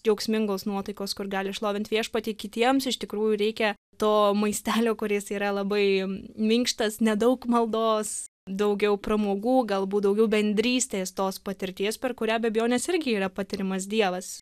džiaugsmingos nuotaikos kur gali šlovint viešpatį kitiems iš tikrųjų reikia to maistelio kuris yra labai minkštas nedaug maldos daugiau pramogų galbūt daugiau bendrystės tos patirties per kurią be abejonės irgi yra patiriamas dievas